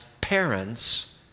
parents